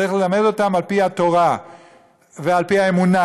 צריך ללמד אותם על-פי התורה ועל-פי האמונה,